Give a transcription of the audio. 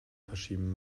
verschieben